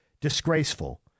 Disgraceful